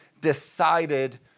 decided